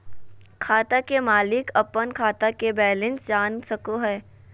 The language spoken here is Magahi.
खाता के मालिक अपन खाता के बैलेंस जान सको हय